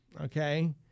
Okay